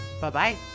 Bye-bye